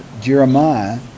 Jeremiah